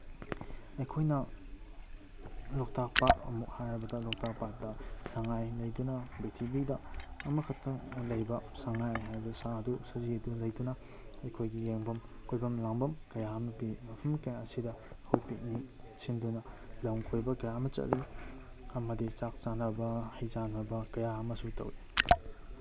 ꯑꯩꯈꯣꯏꯅ ꯂꯣꯛꯇꯥꯛ ꯄꯥꯠ ꯑꯃꯨꯛ ꯍꯥꯏꯔꯕꯗ ꯂꯣꯛꯇꯥꯛ ꯄꯥꯠꯇ ꯁꯉꯥꯏ ꯂꯩꯗꯨꯅ ꯄ꯭ꯔꯤꯊꯤꯕꯤꯗ ꯑꯃꯈꯛꯇꯪ ꯂꯩꯕ ꯁꯉꯥꯏ ꯍꯥꯏꯕ ꯁꯥ ꯑꯗꯨ ꯁꯖꯤꯗꯨ ꯂꯩꯗꯨꯅ ꯑꯩꯈꯣꯏꯒꯤ ꯌꯦꯡꯕꯝ ꯀꯣꯏꯕꯝ ꯂꯥꯡꯕꯝ ꯀꯌꯥ ꯑꯃ ꯄꯤ ꯃꯐꯝ ꯀꯌꯥ ꯑꯁꯤꯗ ꯑꯩꯈꯣꯏ ꯄꯤꯛꯅꯤꯛ ꯁꯤꯟꯗꯨꯅ ꯂꯝ ꯀꯣꯏꯕ ꯀꯌꯥ ꯑꯃ ꯆꯠꯂꯤ ꯑꯃꯗꯤ ꯆꯥꯛ ꯆꯥꯅꯕ ꯍꯩꯖꯥꯟꯅꯕ ꯀꯌꯥ ꯑꯃꯁꯨ ꯇꯧꯋꯤ